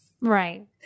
Right